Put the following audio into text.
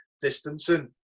distancing